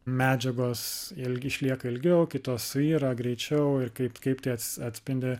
medžiagos ilg išlieka ilgiau kitos suyra greičiau ir kaip kaip tai ats atspindi